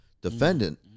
defendant